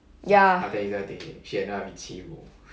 ya